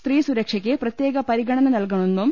സ്ത്രീ സുരക്ഷയ്ക്ക് പ്രത്യേക പരിഗണന നൽകണമെന്നും